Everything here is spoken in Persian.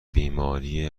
بیماری